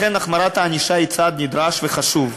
לכן החמרת הענישה היא צעד נדרש וחשוב.